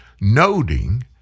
noting